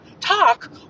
talk